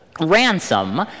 ransom